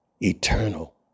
eternal